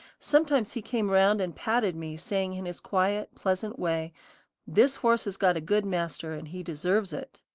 sometimes he came round and patted me saying in his quiet, pleasant way this horse has got a good master, and he deserves it.